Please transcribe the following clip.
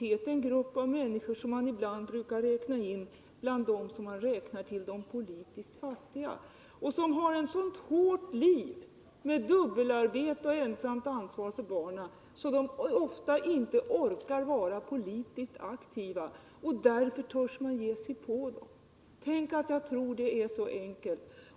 Det handlar om en grupp av människor som man ibland brukar räkna in bland dem som betecknas som politiskt fattiga och som har ett sådant hårt liv med dubbelarbete och ensamt ansvar för barnen att de ofta inte orkar vara politiskt aktiva. Därför törs man ge sig på dem. Tänk att jag tror att det är så enkelt!